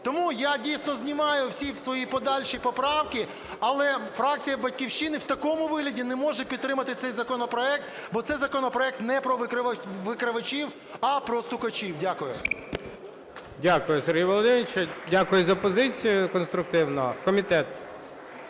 Тому я дійсно знімаю всі свої подальші поправки, але фракція "Батьківщина" в такому вигляді не може підтримати цей законопроект, бо цей законопроект не про викривачів, а про "стукачів". Дякую. ГОЛОВУЮЧИЙ. Дякую, Сергію Володимировичу. Дякую за позицію конструктивну. Комітет,